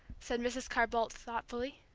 said mrs. carr-boldt, thoughtfully.